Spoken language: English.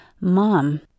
Mom